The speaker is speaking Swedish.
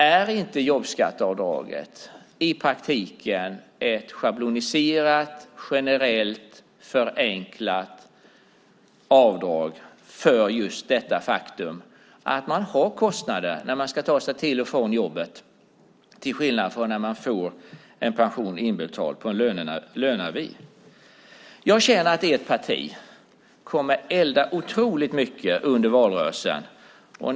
Är inte jobbskatteavdraget i praktiken ett schabloniserat, generellt, förenklat avdrag för just detta faktum att man har kostnader för att ta sig till och från jobbet, till skillnad från den som får en pension utbetald med en löneavi? Jag känner att ert parti kommer att elda otroligt mycket under valrörelsen.